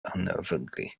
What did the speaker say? unnervingly